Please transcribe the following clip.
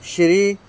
ਸ਼੍ਰੀ